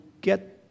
get